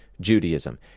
Judaism